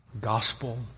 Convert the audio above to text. Gospel